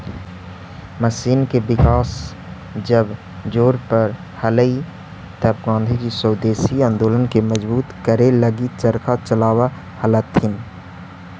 machine के विकास जब जोर पर हलई तब गाँधीजी स्वदेशी आंदोलन के मजबूत करे लगी चरखा चलावऽ हलथिन